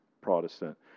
Protestant